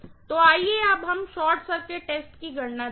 तो आइए अब हम शॉर्ट सर्किट टेस्ट की गणना देखें